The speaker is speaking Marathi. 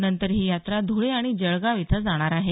नंतर ही यात्रा ध्वळे आणि जळगाव इथं जाणार आहे